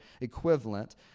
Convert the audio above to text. equivalent